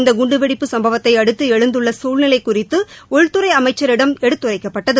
இந்த குண்டு வெடிப்பு சம்வத்தை அடுத்து எழுந்துள்ள சூழ்நிலை குறித்து உள்துறை அமைச்சரிடம் எடுத்துரைக்கப்பட்டது